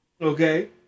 Okay